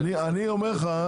אני אומר לך,